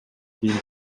кийин